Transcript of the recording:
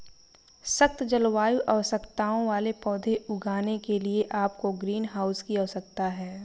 सख्त जलवायु आवश्यकताओं वाले पौधे उगाने के लिए आपको ग्रीनहाउस की आवश्यकता है